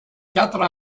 quatre